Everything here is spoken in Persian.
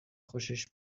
خوشش